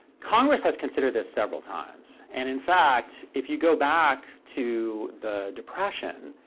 congress has considered this several times. and in fact, if you go back to the depression,